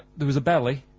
there was a belly,